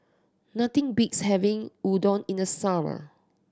nothing beats having Unadon in the summer